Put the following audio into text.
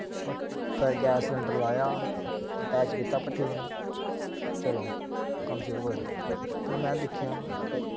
ते gas cylinder लाया attach कीता भट्ठियै कन्नै ते चलो कम्म शुरू करी दित्ता पर में दिक्खेआ